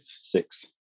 six